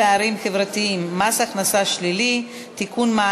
פערים חברתיים (מס הכנסה שלילי) (תיקון,